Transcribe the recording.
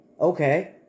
Okay